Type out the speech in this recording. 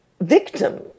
victim